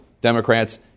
Democrats